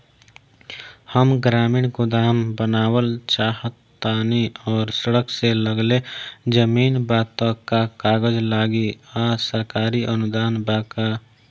हम ग्रामीण गोदाम बनावल चाहतानी और सड़क से लगले जमीन बा त का कागज लागी आ सरकारी अनुदान बा का?